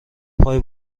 پای